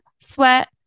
sweat